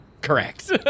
Correct